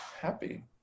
happy